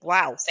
Wow